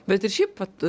bet ir šiaip vat